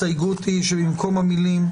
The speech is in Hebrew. שבמקום המילים: